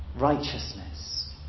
righteousness